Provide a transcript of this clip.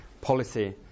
policy